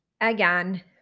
Again